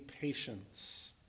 patience